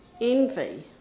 envy